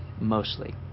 mostly